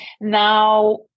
Now